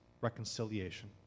reconciliation